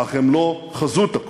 אך הם לא חזות הכול.